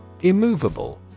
Immovable